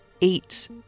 eight